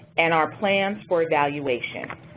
and our plans for evaluation.